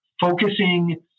focusing